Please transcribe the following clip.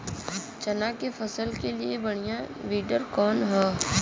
चना के फसल के लिए बढ़ियां विडर कवन ह?